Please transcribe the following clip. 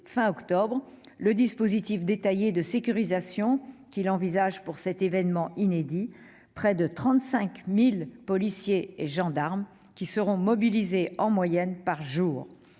d'octobre, le détail du dispositif de sécurisation envisagé pour cet événement inédit : près de 35 000 policiers et gendarmes seront mobilisés en moyenne par jour.